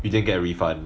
you didn't get a refund